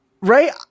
Right